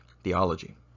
theology